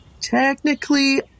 Technically